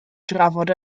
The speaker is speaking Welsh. drafod